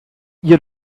you